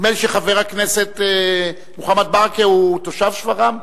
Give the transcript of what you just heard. נדמה לי שחבר הכנסת מוחמד ברכה הוא תושב שפרעם.